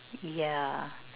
yeah